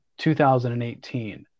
2018